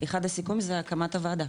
אחד הסיכומים זה הקמת הוועדה.